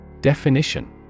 Definition